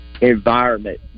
environment